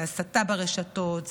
זה הסתה ברשתות,